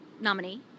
nominee